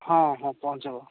ହଁ ହଁ ପହଞ୍ଚିବ